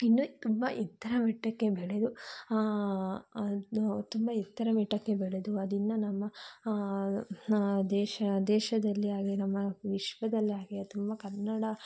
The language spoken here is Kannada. ಇನ್ನೂ ತುಂಬ ಎತ್ತರ ಮಟ್ಟಕ್ಕೆ ಬೆಳೆದು ತುಂಬ ಎತ್ತರ ಮಟ್ಟಕ್ಕೆ ಬೆಳೆದು ಅದಿನ್ನೂ ನಮ್ಮ ದೇಶ ದೇಶದಲ್ಲೇ ಆಗಲಿ ನಮ್ಮ ವಿಶ್ವದಲ್ಲೇ ಆಗಲಿ ತುಂಬ ಕನ್ನಡ